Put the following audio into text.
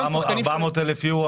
זה 400,000 יורו,